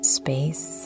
space